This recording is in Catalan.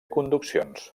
conduccions